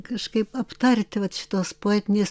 kažkaip aptarti vat šitos poetinės